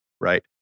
right